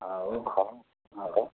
ହଉ ହଉ ନବ